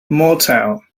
motown